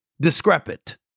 discrepant